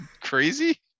crazy